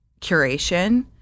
curation